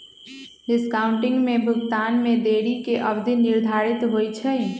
discounting में भुगतान में देरी के अवधि निर्धारित होइ छइ